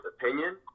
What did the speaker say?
opinion